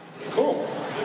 Cool